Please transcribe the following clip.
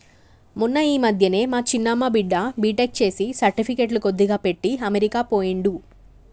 మొన్న ఈ మధ్యనే మా చిన్న మా బిడ్డ బీటెక్ చేసి సర్టిఫికెట్లు కొద్దిగా పెట్టి అమెరికా పోయిండు